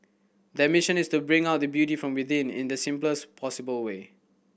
their mission is to bring out the beauty from within in the simplest possible way